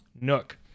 Nook